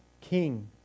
king